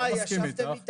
ממאי ישבתם איתם?